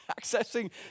accessing